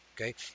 okay